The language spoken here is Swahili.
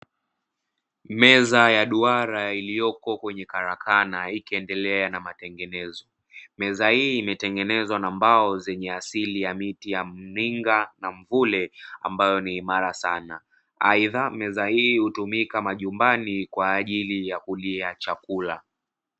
Meza ya duara iliyopo kwenye karakana ikiendelea na matengenezo. Meza hii imetengenezwa na mbao zenye asili ya miti ya mminga na mvule ambayo ni imara sana, aidha meza hii hutumika nyumbani kwa ajili ya kulia chakula.